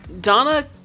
Donna